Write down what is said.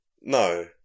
no